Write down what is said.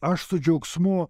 aš su džiaugsmu